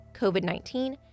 COVID-19